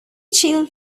chill